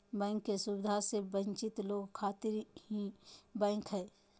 bank के सुविधा से वंचित लोग खातिर ई बैंक हय